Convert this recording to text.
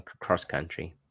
cross-country